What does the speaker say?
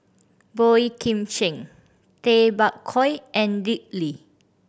Boey Kim Cheng Tay Bak Koi and Dick Lee